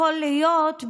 יכול להיות,